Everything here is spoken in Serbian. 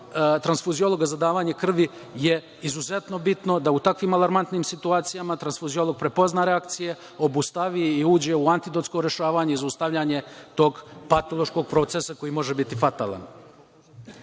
transfuziologa za davanje krvi je izuzetno bitno da u takvim alarmantnim situacijama transfuziolog prepozna reakcije, obustavi i uđe u antidotsko rešavanje i zaustavljanje tog patološkog procesa koji može biti fatalan. Država